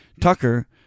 tucker